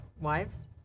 Wives